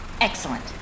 Excellent